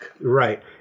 Right